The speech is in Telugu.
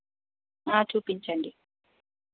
చూపించండి